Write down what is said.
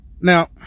now